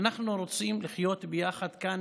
אנחנו רוצים לחיות ביחד כאן,